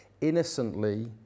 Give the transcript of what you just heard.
innocently